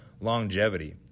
longevity